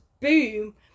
boom